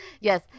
Yes